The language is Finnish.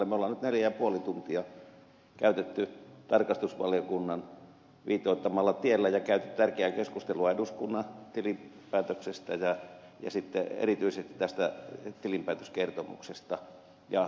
me olemme nyt neljä ja puoli tuntia käyttäneet tarkastusvaliokunnan viitoittamalla tiellä ja käyneet tärkeää keskustelua eduskunnan tilinpäätöksestä ja sitten erityisesti tästä tilinpäätöskertomuksesta ja tarkastusviraston erilliskertomuksesta